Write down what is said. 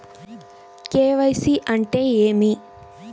KYC అంటే ఏమి?